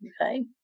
Okay